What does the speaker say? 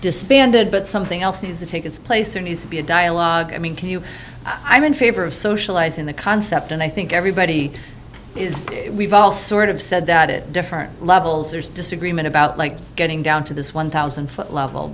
disbanded but something else needs to take its place there needs to be a dialogue i mean can you i'm in favor of socializing the concept and i think everybody is we've all sort of said that it different levels there's disagreement about like getting down to this one thousand foot level